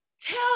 tell